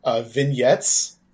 vignettes